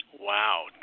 Wow